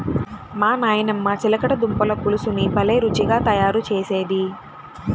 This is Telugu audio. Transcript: మా నాయనమ్మ చిలకడ దుంపల పులుసుని భలే రుచిగా తయారు చేసేది